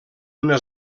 una